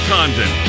Condon